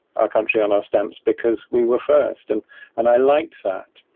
ah country on our stamps, because we were first. and and i liked that.